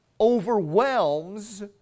overwhelms